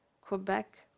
Quebec